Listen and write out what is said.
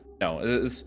No